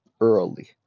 early